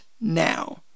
now